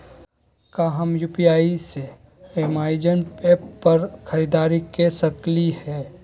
का हम यू.पी.आई से अमेजन ऐप पर खरीदारी के सकली हई?